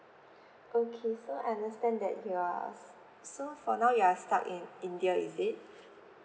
okay so I understand that you are s~ so for now you are stuck in india is it